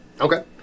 Okay